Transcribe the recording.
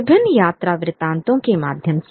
विभिन्न यात्रा वृत्तांतों के माध्यम से